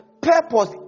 Purpose